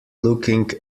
looking